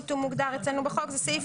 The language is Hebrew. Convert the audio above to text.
למה צריך לעשות בדיקה